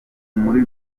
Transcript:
muri